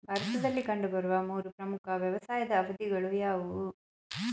ಭಾರತದಲ್ಲಿ ಕಂಡುಬರುವ ಮೂರು ಪ್ರಮುಖ ವ್ಯವಸಾಯದ ಅವಧಿಗಳು ಯಾವುವು?